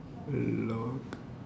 look